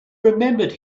remembered